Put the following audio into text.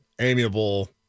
amiable